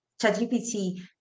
ChatGPT